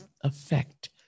effect